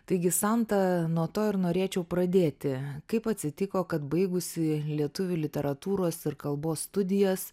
taigi santa nuo to ir norėčiau pradėti kaip atsitiko kad baigusi lietuvių literatūros ir kalbos studijas